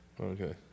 Okay